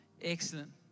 excellent